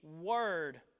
word